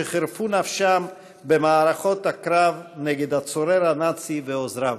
שחירפו נפשם במערכות הקרב נגד הצורר הנאצי ועוזריו".